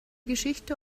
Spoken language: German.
geschichte